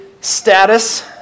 status